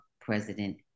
President